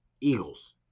Eagles